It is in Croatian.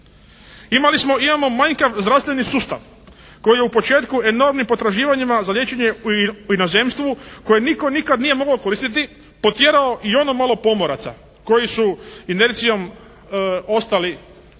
imamo manjkav zdravstveni sustav koji je u početku enormnim potraživanjima za liječenje u inozemstvu koje nitko nikad nije mogao koristiti potjerao i ono malo pomoraca koji su inercijom ostali,